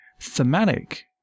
thematic